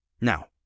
Now